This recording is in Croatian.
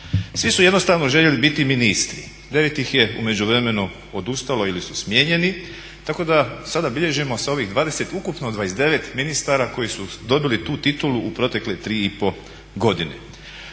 Svi su jednostavno željeli biti ministri. 9 ih je u međuvremenu odustalo ili su smijenjeni tako da sada bilježimo sa ovih 20, ukupno 29 ministara koji su dobili tu titulu u protekle 3,5 godine.